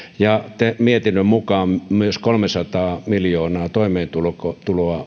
ja mietinnön mukaan myös kolmesataa miljoonaa toimeentulotukea